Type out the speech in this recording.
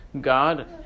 God